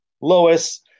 Lois